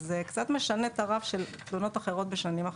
זה קצת משנה את הרף של תלונות אחרות בשנים אחרות.